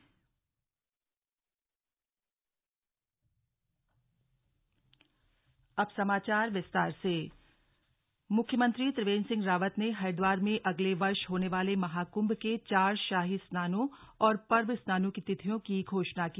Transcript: महाकुम्भ स्नान मुख्यमंत्री त्रिवेंद्र सिंह रावत ने हरिद्वार में अगले वर्ष होने वाले महाकुम्भ के चार शाही स्नानों और पर्व स्नानों की तिथियों की घोषाणा की